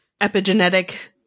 epigenetic